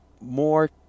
more